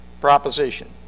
proposition